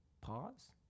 pause